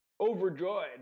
overjoyed